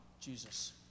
Jesus